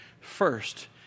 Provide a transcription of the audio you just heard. first